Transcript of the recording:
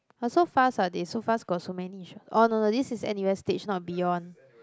but so fast ah they so fast got so many niche oh no no no this is N_U_S-stage not beyond